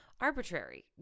arbitrary